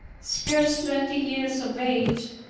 scarce twenty years of age,